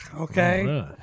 okay